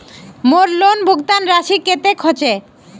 मोर लोन भुगतान राशि कतेक होचए?